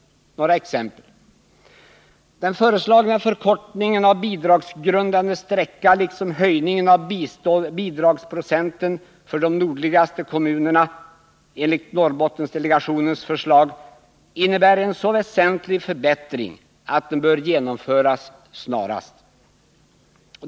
Några exempel: Den föreslagna förkortningen av bidragsgrundande sträcka, liksom höjningen av bidragsprocenten för de nordligaste kommunerna enligt Norrbottendelegationens förslag, innebär en så väsentlig förbättring att de bör genomföras snarast.